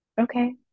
Okay